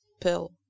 pill